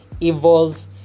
evolve